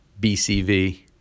BCV